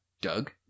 Doug